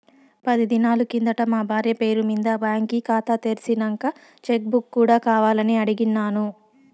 పది దినాలు కిందట మా బార్య పేరు మింద బాంకీ కాతా తెర్సినంక చెక్ బుక్ కూడా కావాలని అడిగిన్నాను